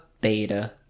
beta